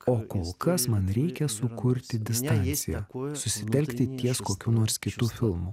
o kol kas man reikia sukurti distanciją susitelkti ties kokiu nors kitu filmu